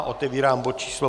Otevírám bod číslo